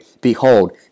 Behold